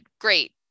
Great